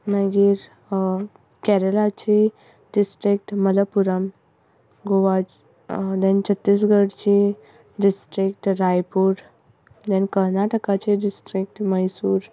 मागीर केरलाची डिस्ट्रिक्ट मलप्पुरम गोवाची धेन छत्तीसगढची डिस्ट्रिक्ट रायपूर धेन कर्नाटकाचें डिस्ट्रिक्ट मैसूर